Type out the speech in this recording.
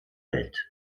welt